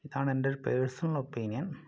ഇതാണെന്റെ ഒരു personal opinion